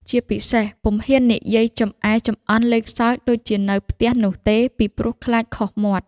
ជាពិសេស ពុំហ៊ាននិយាយចំអែចំអន់លេងសើចដូចជានៅផ្ទះនោះទេ ពីព្រោះខ្លាចខុសមាត់។